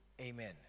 Amen